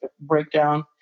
breakdown